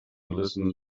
listen